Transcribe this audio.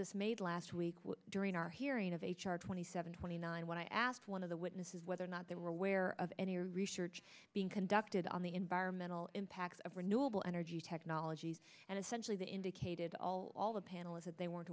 dismayed last week when during our hearing of h r twenty seven twenty nine when i asked one of the witnesses whether or not they were aware of any research being conducted on the environmental impacts of renewable energy technologies and essentially they indicated all all the panel is that they weren't